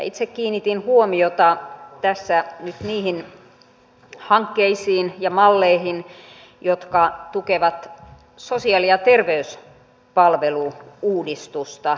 itse kiinnitin huomiota tässä nyt niihin hankkeisiin ja malleihin jotka tukevat sosiaali ja terveyspalvelu uudistusta